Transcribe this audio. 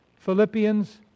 Philippians